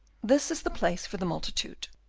this is the place for the multitude,